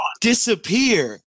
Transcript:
disappear